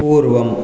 पूर्वम्